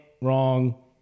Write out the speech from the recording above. wrong